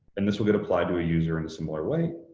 and this will get applied to a user in a similar way.